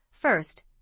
First